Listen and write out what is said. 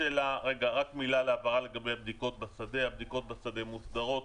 הבהרה לגבי בדיקות בשדה, הבדיקות בשדה מוסדרות.